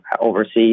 overseas